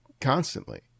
constantly